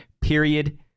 period